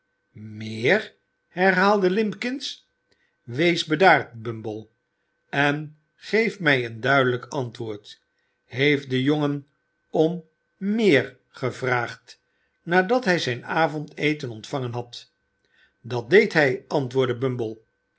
meer herhaalde limbkins wees bedaard bumble en geef mij een duidelijk antwoord heeft de jongen om meer gevraagd nadal hij zijn avondeten ontvangen had dat deed hij antwoordde